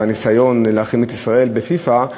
הניסיון להחרים את ישראל בפיפ"א.